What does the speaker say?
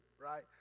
right